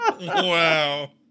Wow